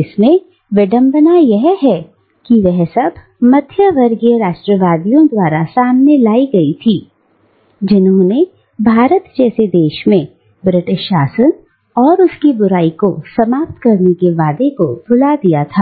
जिसमें विडंबना यह है कि वह सब मध्यवर्गीय राष्ट्रवादियों द्वारा सामने लाई गई थी जिन्होंने भारत जैसे देश में ब्रिटिश शासन और उसकी बुराई को समाप्त करने के वादे को भुला दिया था